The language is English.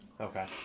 Okay